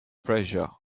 pressure